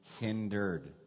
hindered